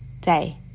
day